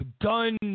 gun